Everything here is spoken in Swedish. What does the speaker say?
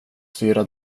styra